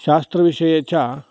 शास्त्रविषये च